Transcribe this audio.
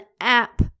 app